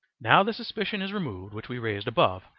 now the suspicion is removed which we raised above,